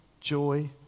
joy